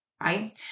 right